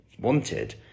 wanted